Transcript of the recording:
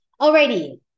Alrighty